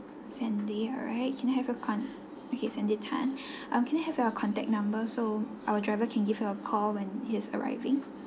sandy alright can I have your con~ okay sandy tan um can I have your contact number so our driver can give you a call when he is arriving